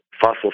fossil